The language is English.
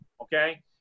Okay